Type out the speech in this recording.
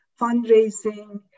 fundraising